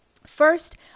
First